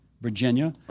Virginia